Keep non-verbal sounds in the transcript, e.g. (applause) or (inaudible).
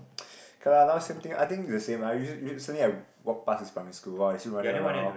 (breath) okay lah now same thing I think the same lah usua~ recently I walked past this primary school [wah] still running around